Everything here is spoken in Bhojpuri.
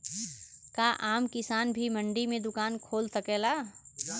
का आम किसान भी मंडी में दुकान खोल सकेला?